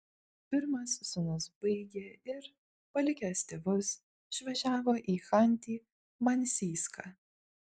pirmas sūnus baigė ir palikęs tėvus išvažiavo į chanty mansijską